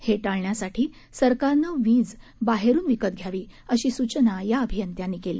हे टाळण्यासाठी सरकारनं वीज बाहेरून विकत घ्यावी अशी सूचना या अभियंत्यांनी केली